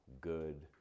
good